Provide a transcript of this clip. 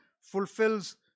fulfills